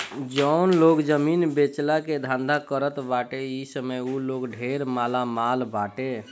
जउन लोग जमीन बेचला के धंधा करत बाटे इ समय उ लोग ढेर मालामाल बाटे